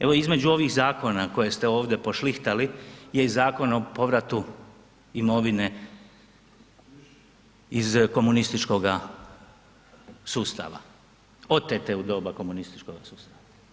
Evo između ovih zakona koje ste ovdje pošlihtali je i Zakon o povratu imovine iz komunističkoga sustava, otete u doba komunističkog sustava.